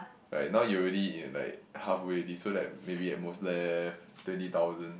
right now you already in like halfway already so that maybe at most left twenty thousand